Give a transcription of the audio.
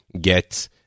get